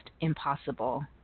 impossible